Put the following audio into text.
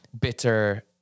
bitter